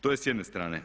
To je s jedne strane.